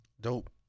Dope